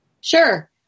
Sure